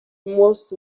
most